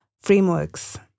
frameworks